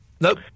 Nope